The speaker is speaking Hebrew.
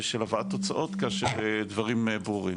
ושל הבאת תוצאות כאשר דברים ברורים.